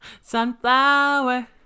Sunflower